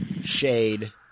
shade